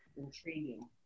intriguing